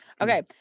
Okay